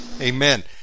Amen